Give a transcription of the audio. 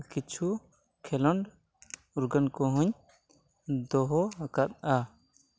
ᱠᱤᱪᱷᱩ ᱠᱷᱮᱞᱳᱰ ᱩᱨᱜᱟᱹᱱ ᱠᱚᱦᱚᱧ ᱫᱚᱦᱚ ᱟᱠᱟᱫᱼᱟ